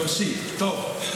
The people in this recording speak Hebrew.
מרשי, טוב.